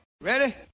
Ready